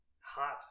hot